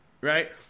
Right